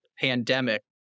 pandemic